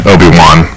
Obi-Wan